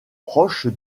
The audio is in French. proche